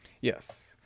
Yes